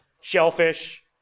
shellfish